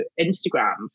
Instagram